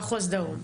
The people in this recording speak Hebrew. מחוז דרום.